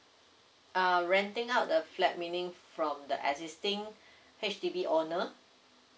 uh renting out the flat meaning from the existing H_D_B owner